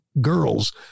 girls